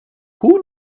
who